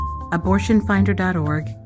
AbortionFinder.org